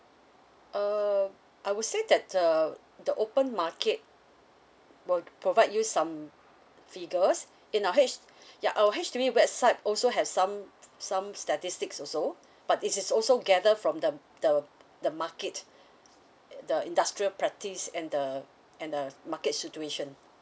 uh I would say that uh the open market will provide you some figures in our H~ ya our H_D_B website also have some some statistics also but it is also gather from the the the market the industrial practice and the and the market situation